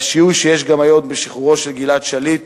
האם השיהוי שיש גם היום בשחרורו של גלעד שליט